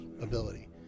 ability